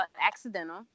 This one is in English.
accidental